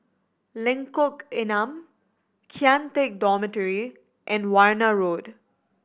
Lengkong Enam Kian Teck Dormitory and Warna Road